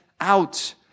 out